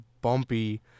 bumpy